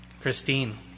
Christine